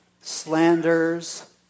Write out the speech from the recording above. slanders